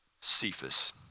Cephas